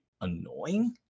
annoying